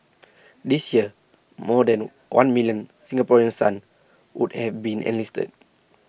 this year more than one million Singaporean sons would have been enlisted